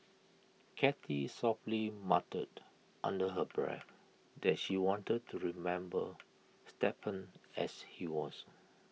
cathy softly muttered under her breath that she wanted to remember Stephen as he was